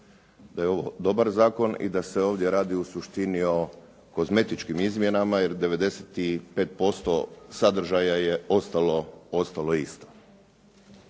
da je ovo dobar zakon i da se ovdje radi u suštini o kozmetičkim izmjenama jer 95% sadržaja je ostalo isto.